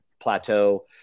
plateau